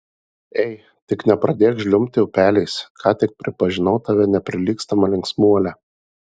ei tik nepradėk žliumbti upeliais ką tik pripažinau tave neprilygstama linksmuole